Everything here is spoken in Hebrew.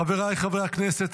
חבריי חברי הכנסת,